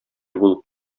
булып